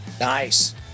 Nice